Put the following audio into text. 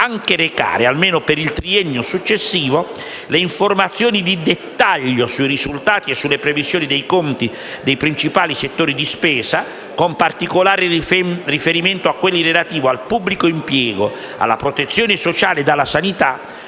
anche recare, almeno per il triennio successivo, le informazioni di dettaglio sui risultati e sulle previsioni dei conti dei principali settori di spesa (con particolare riferimento a quelli relativi al pubblico impiego, alla protezione sociale e alla sanità),